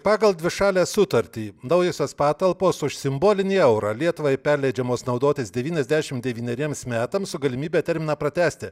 pagal dvišalę sutartį naujosios patalpos už simbolinį eurą lietuvai perleidžiamos naudotis devyniasdešimt devyneriems metams su galimybe terminą pratęsti